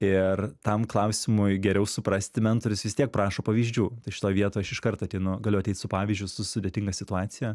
ir tam klausimui geriau suprasti mentorius vis tiek prašo pavyzdžių šitoj vietoj aš iškart ateinu galiu ateit su pavyzdžiui su sudėtinga situacija